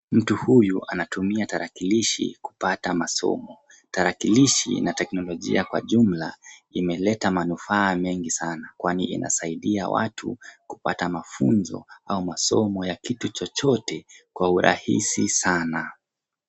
Mtu huyu anatumia tarakilishi kupata masomo. Tarakilishi na teknolojia kwa jumla imeleta manufaa mengi sana kwani inasaidia watu kupata mafunzo ama masomo ya kitu chochote kwa urahisi sana.